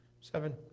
seven